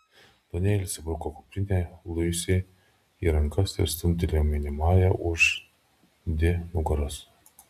danielis įbruko kuprinę liusei į rankas ir stumtelėjo mylimąją už di nugaros